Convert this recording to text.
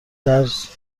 درس